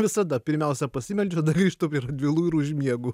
visada pirmiausia pasimeldžiu tada grįžtu prie radvilų ir užmiegu